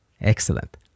Excellent